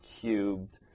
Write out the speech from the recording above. cubed